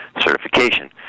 Certification